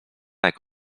jak